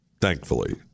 thankfully